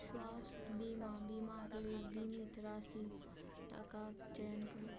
स्वास्थ्य बीमा बीमाके लेल बीमित राशि नब्बे हजार टाकाक चयन करू